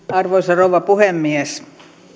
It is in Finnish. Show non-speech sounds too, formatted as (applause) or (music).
(unintelligible) arvoisa rouva puhemies